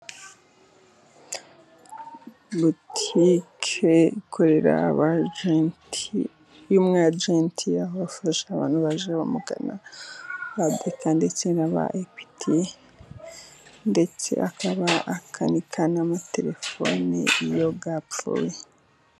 Botique ikoreramo umu-agenti ,y'umu-agent. Aho afashiriza abantu baje bamugana ba BK ndetse n'aba equity ndetse akaba akanika n'amatelefoni iyo yapfuye.